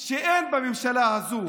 שאין בממשלה הזאת.